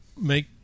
make